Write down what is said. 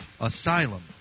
Asylum